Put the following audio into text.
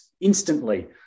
instantly